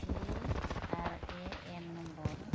P R A N number